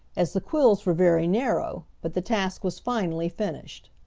as the quills were very narrow, but the task was finally finished.